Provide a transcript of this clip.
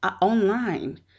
online